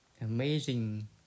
amazing